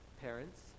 parents